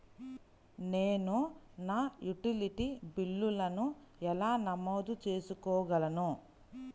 నేను నా యుటిలిటీ బిల్లులను ఎలా నమోదు చేసుకోగలను?